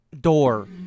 door